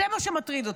זה מה שמטריד אותו.